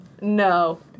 No